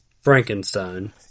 Frankenstein